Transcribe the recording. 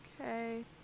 okay